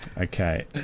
Okay